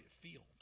field